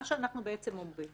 מה שאנחנו אומרים